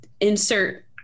insert